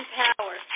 power